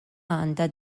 għandha